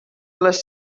les